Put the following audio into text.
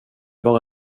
bara